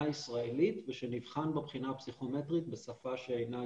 ישראלית ושנבחן בבחינה הפסיכומטרית בשפה שאינה עברית.